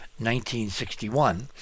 1961